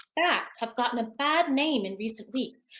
bats have gotten a bad name in recent weeks,